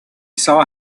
saw